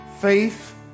Faith